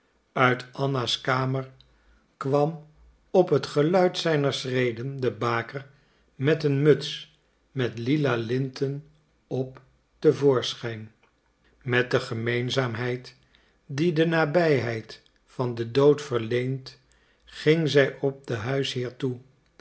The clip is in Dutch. uit anna's kamer kwam op het geluid zijner schreden de baker met een muts met lila linten op te voorschijn met de gemeenzaamheid die de nabijheid van den dood verleent ging zij op den huisheer toe